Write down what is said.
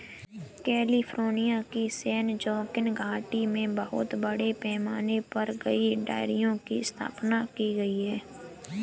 California की San Joaquin घाटी में बहुत बड़े पैमाने पर कई डेयरियों की स्थापना की गई है